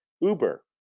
Uber